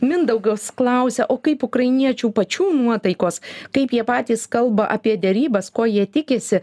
mindaugas klausia o kaip ukrainiečių pačių nuotaikos kaip jie patys kalba apie derybas ko jie tikisi